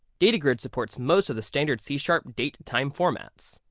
data grid supports most of the standard c sharp date time formats.